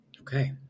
Okay